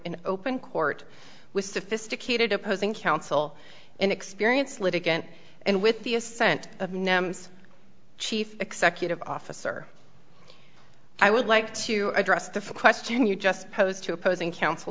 in open court with sophisticated opposing counsel and experience litigant and with the assent of nems chief executive officer i would like to address the question you just posed to opposing counsel